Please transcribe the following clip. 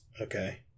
Okay